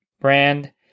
brand